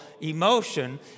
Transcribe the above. emotion